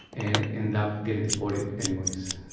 and end up getting deported anyways.